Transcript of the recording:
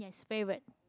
favourite